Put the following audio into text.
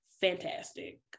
fantastic